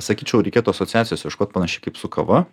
sakyčiau reikėtų asociacijos ieškot panašiai kaip su kava